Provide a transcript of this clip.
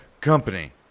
company